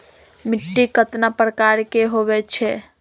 मिट्टी कतना प्रकार के होवैछे?